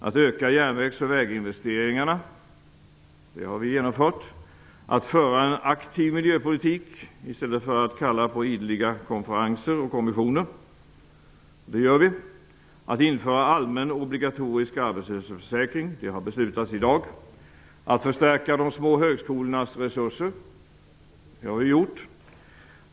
att öka järnvägs och väginvesteringarna; det har vi genomfört. --att föra en aktiv miljöpolitik i stället för att kalla på ideliga konferenser och kommisioner; det gör vi. --att införa en allmän obligatorisk arbetslöshetsförsäkring; det har beslutats i dag. --att förstärka de små högskolornas resurser; det har vi gjort.